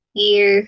year